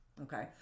Okay